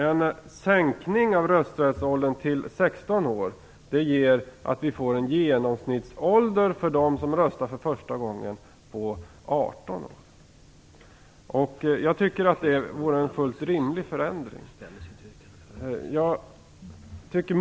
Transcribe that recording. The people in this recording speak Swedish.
En sänkning av rösträttsåldern till 16 år gör att vi får en genomsnittsålder för dem som röstar för första gången på 18 år. Jag tycker att det vore en fullt rimlig förändring.